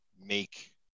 make